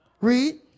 Read